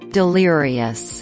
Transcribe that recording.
delirious